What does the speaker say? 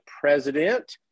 president